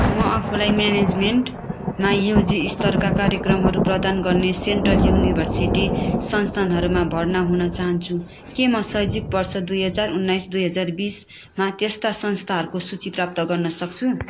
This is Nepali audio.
म आफूलाई म्यानेजमेन्टमा युजी स्तरका कार्यक्रमहरू प्रदान गर्ने सेन्ट्रल युनिभर्सिटी संस्थानहरूमा भर्ना हुन चाहन्छु के म शैक्षिक वर्ष दुई हजार उन्नाइस दुई हजार बिसमा त्यस्ता संस्थाहरूको सूची प्राप्त गर्न सक्छु